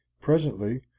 Presently